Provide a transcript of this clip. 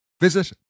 Visit